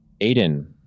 Aiden